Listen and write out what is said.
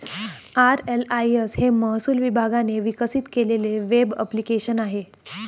RLIS हे महसूल विभागाने विकसित केलेले वेब ॲप्लिकेशन आहे